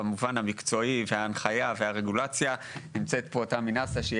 במובן המקצועי וההנחיה והרגולציה נמצאת פה תמי נאסה שהיא